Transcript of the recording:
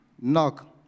Knock